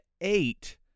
eight